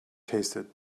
tasted